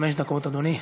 חמש דקות, אדוני.